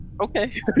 okay